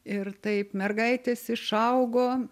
ir taip mergaitės išaugo